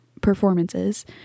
performances